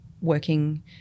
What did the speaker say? working